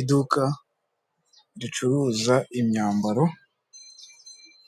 Iduka ricuruza imyambaro,